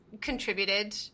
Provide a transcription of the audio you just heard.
contributed